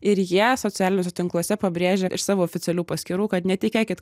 ir jie socialiniuose tinkluose pabrėžia iš savo oficialių paskyrų kad netikėkit